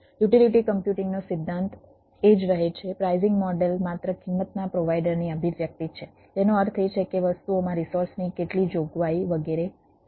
utility કમ્પ્યુટિંગનો સિદ્ધાંત એ જ રહે છે પ્રાઈઝિંગ મોડેલ માત્ર કિંમતના પ્રોવાઈડરની અભિવ્યક્તિ છે તેનો અર્થ એ છે કે વસ્તુઓમાં રિસોર્સની કેટલી જોગવાઈ વગેરે આવશે